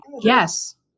yes